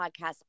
podcast